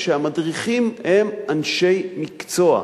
כשהמדריכים הם אנשי מקצוע?